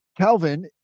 Calvin